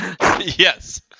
Yes